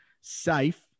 safe